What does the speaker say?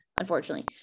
unfortunately